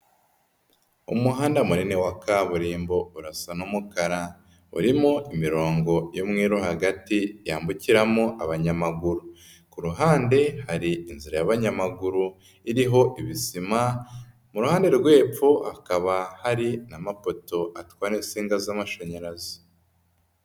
Umuhanda munini wa kaburimbo urasa n'umukara. Urimo imirongo y'umweru hagati yambukiramo abanyamaguru. Ku ruhande hari inzira y'abanyamaguru iriho ibisima, mu ruhande rw'epfo hakaba hari n'amapoto atwara insinga z'amashanyarazi.